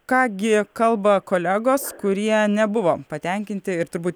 ką gi kalba kolegos kurie nebuvo patenkinti ir turbūt